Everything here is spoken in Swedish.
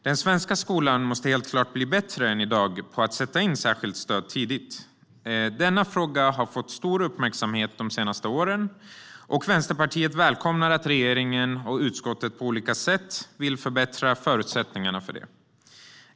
Den svenska skolan måste helt klart bli bättre än i dag på att sätta in särskilt stöd tidigt. Denna fråga har fått stor uppmärksamhet de senaste åren, och Vänsterpartiet välkomnar att regeringen och utskottet på olika sätt vill förbättra förutsättningarna för det.